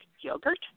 yogurt